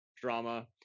drama